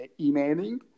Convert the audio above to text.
emailing